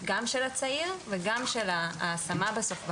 גם של הצעיר וגם של ההשמה בסוף בקצה,